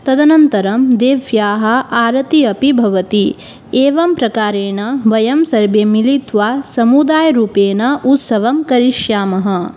तदनन्तरं देव्याः आरतिः अपि भवति एवं प्रकारेण वयं सर्वे मिलित्वा समुदायरूपेण उत्सवं करिष्यामः